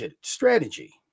strategy